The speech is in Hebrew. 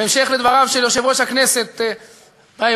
בהמשך לדבריו של יושב-ראש הכנסת באירוע